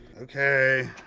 okay.